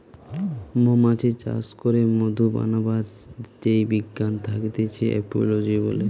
মৌমাছি চাষ করে মধু বানাবার যেই বিজ্ঞান থাকতিছে এপিওলোজি বলে